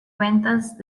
ventas